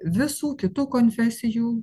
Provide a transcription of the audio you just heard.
visų kitų konfesijų